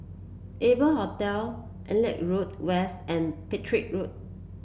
Adler Hostel Auckland Road West and Petir Road